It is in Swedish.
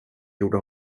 gjorde